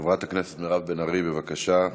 חברת הכנסת מירב בן ארי, בבקשה.